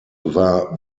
war